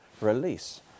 release